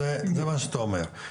זה מה שאתה אומר.